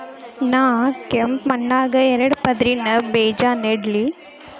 ನಾ ಕೆಂಪ್ ಮಣ್ಣಾಗ ಎರಡು ಪದರಿನ ಬೇಜಾ ನೆಡ್ಲಿ?